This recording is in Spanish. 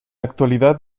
actualidad